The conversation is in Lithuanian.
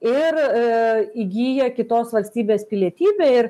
ir a įgyja kitos valstybės pilietybę ir